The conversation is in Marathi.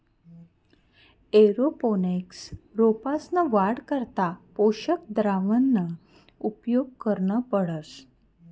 एअरोपोनिक्स रोपंसना वाढ करता पोषक द्रावणना उपेग करना पडस